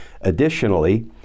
Additionally